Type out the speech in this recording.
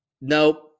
nope